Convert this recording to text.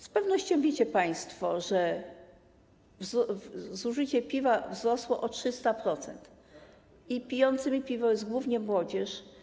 Z pewnością wiecie państwo, że zużycie piwa wzrosło o 300% i pijący piwo to głównie młodzież.